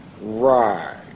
Right